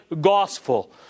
gospel